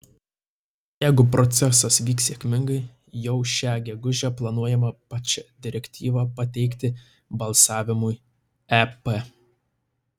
jeigu procesas vyks sėkmingai jau šią gegužę planuojama pačią direktyvą pateikti balsavimui ep